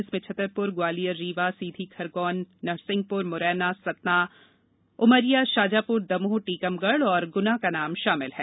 इसमें छतरप्र ग्वालियर रीवा सीधी खरगौन नरसिंहपुर मुरैना सतना उमरिया शाजापुर दमोह टीकमगढ़ गुना व खजुराहो का नाम शामिल है